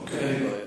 אוקיי.